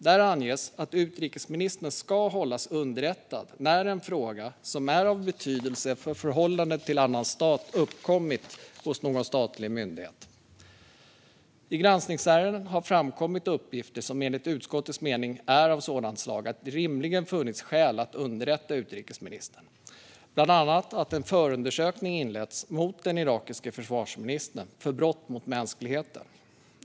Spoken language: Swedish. Där anges att utrikesministern ska hållas underrättad när en fråga som är av betydelse för förhållandet till annan stat uppkommit hos någon statlig myndighet. I granskningsärenden har det framkommit uppgifter som enligt utskottets mening är av sådant slag att det rimligen funnits skäl att underrätta utrikesministern, bland annat att en förundersökning inletts mot den irakiske försvarsministern för brott mot mänskligheten.